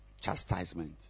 chastisement